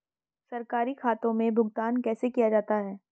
सरकारी खातों में भुगतान कैसे किया जाता है?